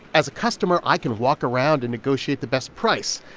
as a customer, i can walk around and negotiate the best price.